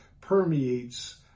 permeates